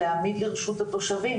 להעמיד לרשות התושבים,